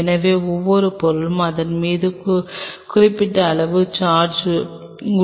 எனவே ஒவ்வொரு பொருளுக்கும் அதன் மீது குறிப்பிட்ட அளவு சார்ஜ்